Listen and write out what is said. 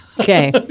Okay